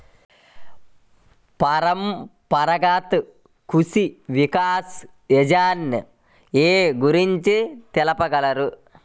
పరంపరాగత్ కృషి వికాస్ యోజన ఏ గురించి తెలుపగలరు?